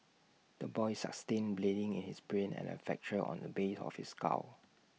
the boy sustained bleeding in his brain and A fracture on the base of his skull